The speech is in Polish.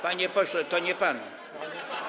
Panie pośle, to nie pan.